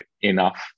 enough